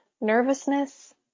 nervousness